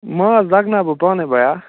ماز دگہٕ ناو بہٕ پانَے بیا